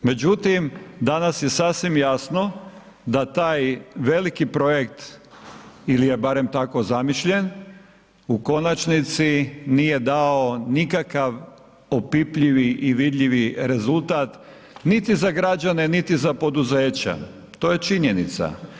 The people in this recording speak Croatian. Međutim, danas je sasvim jasno da taj veliki projekt ili je barem tako zamišljen u konačnici nije dao nikakav opipljivi i vidljivi rezultat niti za građane niti za poduzeća, to je činjenica.